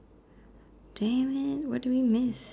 dammit what do we miss